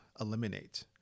eliminate